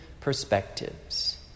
perspectives